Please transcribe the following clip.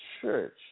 church